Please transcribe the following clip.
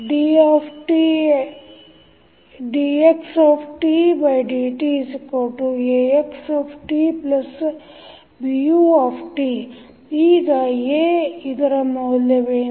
dxdtAxtBu ಈಗ A ಇದರ ಮೌಲ್ಯವೇನು